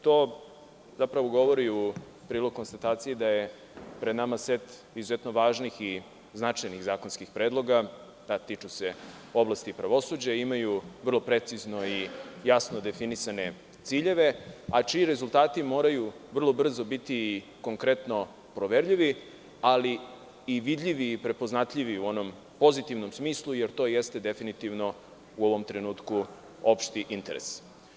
To zapravo govori u prilog konstataciji da je pred nama set izuzetno važnih i značajnih zakonskih predloga, a tiču se oblasti pravosuđa, imaju vrlo precizno i jasno definisane ciljeve, a čiji rezultati moraju vrlo brzo biti konkretno proverljivi, ali i vidljivi i prepoznatljivi u onom pozitivnom smislu, jer to jeste definitivno u ovom trenutku opšti interes.